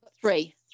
three